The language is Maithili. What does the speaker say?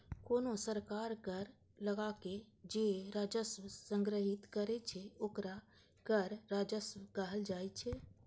कोनो सरकार कर लगाके जे राजस्व संग्रहीत करै छै, ओकरा कर राजस्व कहल जाइ छै